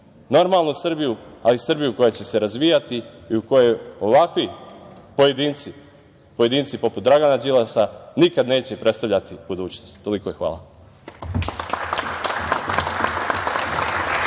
normalnu Srbiju, ali i Srbiju koja će se razvijati i u kojoj ovakvi pojedinci, pojedinci poput Dragana Đilasa nikada neće predstavljati budućnost. Toliko. Hvala.